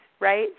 right